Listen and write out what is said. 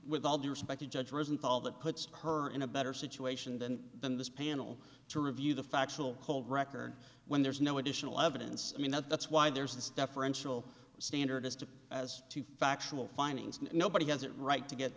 with all due respect to judge rosenthal that puts her in a better situation than than this panel to review the factual whole record when there's no additional evidence i mean that's why there's this deferential standard as to as to factual findings and nobody has it right to get